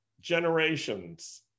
generations